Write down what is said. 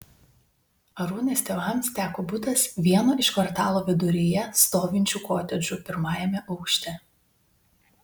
arūnės tėvams teko butas vieno iš kvartalo viduryje stovinčių kotedžų pirmajame aukšte